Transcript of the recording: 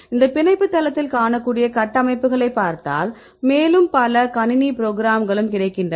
இந்த பிணைப்பு தளத்தில் காணக்கூடிய கட்டமைப்புகளைப் பார்த்தால் மேலும் பல கணினி புரோகிராம்களும் கிடைக்கின்றன